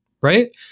right